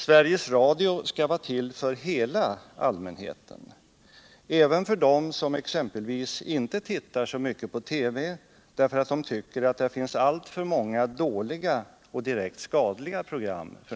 Sveriges Radio skall vara till för hela allmänheten — även för dem som exempelvis inte tittar så mycket på TV, därför att de tycker att det f. n. finns alltför många dåliga och direkt skadliga program.